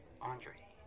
Andre